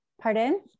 pardon